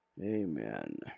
Amen